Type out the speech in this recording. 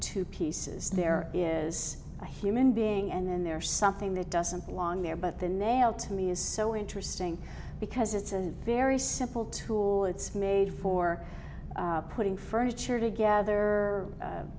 two pieces there is a human being and then there's something that doesn't belong there but the nail to me is so interesting because it's a very simple tool it's made for putting furniture together